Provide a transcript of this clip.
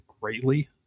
greatly